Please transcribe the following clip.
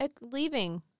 leaving